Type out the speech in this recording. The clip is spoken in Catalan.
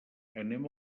anem